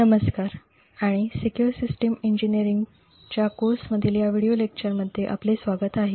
नमस्कार आणि secure system अभियांत्रिकीच्या कोर्समधील या व्हिडिओ लेक्चरमध्ये आपले स्वागत आहे